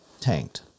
tanked